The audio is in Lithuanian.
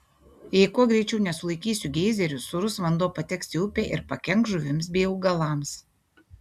jei kuo greičiau nesulaikysiu geizerių sūrus vanduo pateks į upę ir pakenks žuvims bei augalams